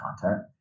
content